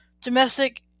domestic